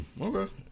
okay